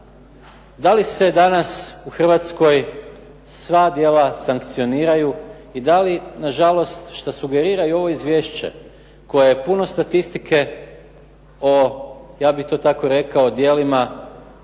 Da li se danas u Hrvatskoj sva djela sankcioniraju i da li nažalost što sugerira i ovo izvješće koje je puno statistike o ja bih to tako rekao o djelima